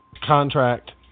contract